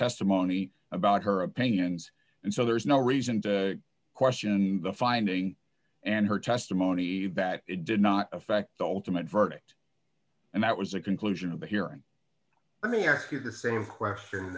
testimony about her opinions and so there's no reason to question the finding and her testimony that it did not affect the ultimate verdict and that was a conclusion of the hearing and there is the same question